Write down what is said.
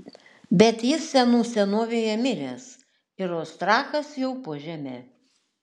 bet jis senų senovėje miręs ir oistrachas jau po žeme